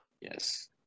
Yes